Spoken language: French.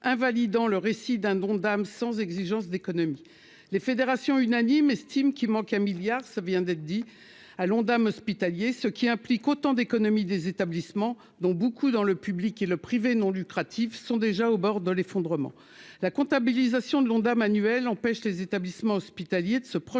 invalidant le récit d'un don d'âme sans exigence d'économie, les fédérations unanimes, estime qu'il manque un milliard ça vient d'être dit, ah l'Ondam hospitalier, ce qui implique autant d'économie des établissements dont beaucoup dans le public et le privé non lucratif sont déjà au bord de l'effondrement, la comptabilisation de l'Ondam annuel empêche les établissements hospitaliers de se projeter